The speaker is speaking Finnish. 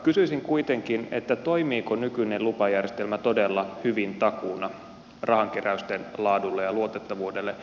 kysyisin kuitenkin toimiiko nykyinen lupajärjestelmä todella hyvin takuuna rahankeräysten laadulle ja luotettavuudelle